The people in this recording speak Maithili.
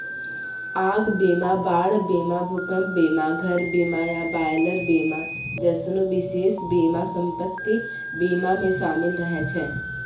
आग बीमा, बाढ़ बीमा, भूकंप बीमा, घर बीमा या बॉयलर बीमा जैसनो विशेष बीमा सम्पति बीमा मे शामिल रहै छै